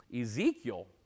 Ezekiel